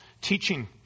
teaching